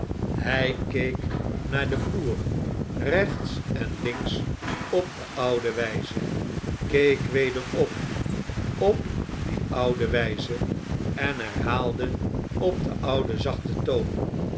hij keek naar den vloer rechts en links op de oude wijze keek weder op op de oude wyze en herhaalde op den ouden zachten toon